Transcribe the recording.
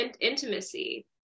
intimacy